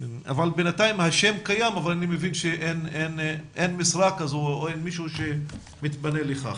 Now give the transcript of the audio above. ביניים השם קיים אבל אני מבין שאין משרה כזו או אין מישהו שמתפנה לכך.